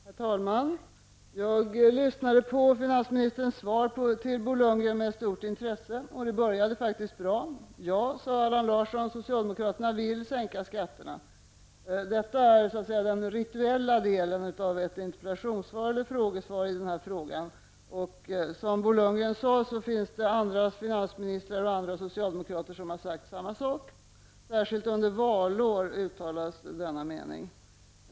Herr talman! Jag lyssnade på finansministerns svar till Bo Lundgren med stort intresse, och det började faktiskt bra. Ja, sade Allan Larsson, socialdemokraterna vill sänka skatterna. Detta är den rituella delen av ett interpellationssvar eller frågesvar när det gäller den här frågan. Och som Bo Lundgren sade finns det andra finansministrar och andra socialdemokrater som har sagt samma sak. Särskilt under valår uttalas denna mening.